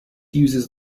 uses